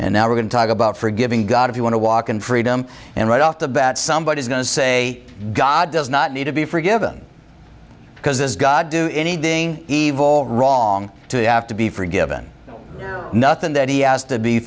and now we're going to talk about forgiving god if you want to walk in freedom and right off the bat somebody is going to say god does not need to be forgiven because this god do anything evil wrong to have to be forgiven nothing that he asked to be